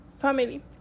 Family